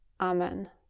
Amen